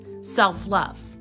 self-love